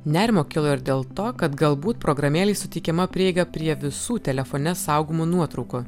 nerimo kilo ir dėl to kad galbūt programėlei suteikiama prieiga prie visų telefone saugomų nuotraukų